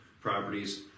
properties